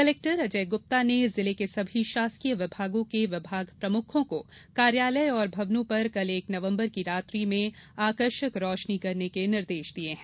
collector Ajay Gupta ने जिले के सभी शासकीय विभागों के विभाग प्रमुखों को कार्यालय एवं भवनों पर कल एक नवम्बर की रात्रि में आकर्षक रोषनी करने के निर्देष दिये है